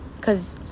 Cause